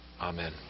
Amen